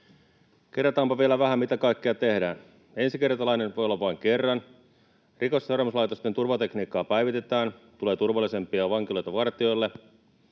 Kerrataanpa vielä vähän, mitä kaikkea tehdään: Ensikertalainen voi olla vain kerran, Rikosseuraamuslaitoksen turvatekniikkaa päivitetään, tulee turvallisempia vankiloita vartijoille,